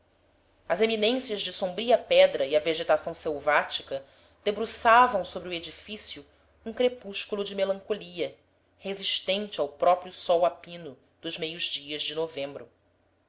as eminências de sombria pedra e a vegetação selvática debruçavam sobre o edifício um crepúsculo de melancolia resistente ao próprio sol a pino dos meios dias de novembro